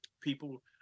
people